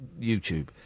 YouTube